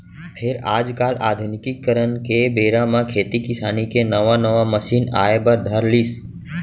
फेर आज काल आधुनिकीकरन के बेरा म खेती किसानी के नवा नवा मसीन आए बर धर लिस